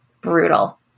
brutal